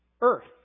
earth